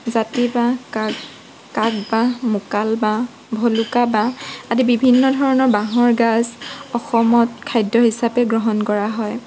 জাতি বাঁহ কাক কাক বাঁহ মোকাল বাঁহ ভুলুকা বাঁহ আদি বিভিন্ন ধৰণৰ বাঁহৰ গাজ অসমত খাদ্য হিচাপে গ্ৰহণ কৰা হয়